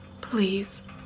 Please